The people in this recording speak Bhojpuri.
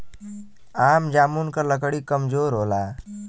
आम जामुन क लकड़ी कमजोर होला